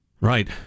Right